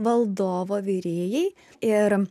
valdovo virėjai ir